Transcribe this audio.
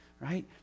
right